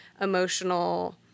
emotional